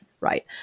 right